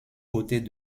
côtés